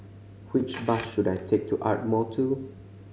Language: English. which bus should I take to Ardmore Two